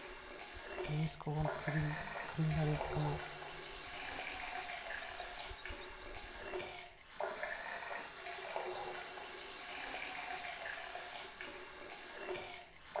ᱡᱤᱱᱤᱥ ᱠᱚᱵᱚᱱ ᱠᱤᱨᱤᱧ ᱟᱠᱷᱨᱤᱧ ᱫᱟᱲᱮᱭᱟᱜ ᱠᱟᱱᱟ